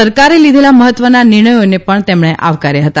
સરકારે લીધેલા મહત્વના નિર્ણયોને પણ તેમણે આવકાર્યા હતા